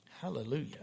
Hallelujah